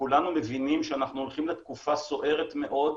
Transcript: וכולנו מבינים שאנחנו הולכים לתקופה סוערת מאוד,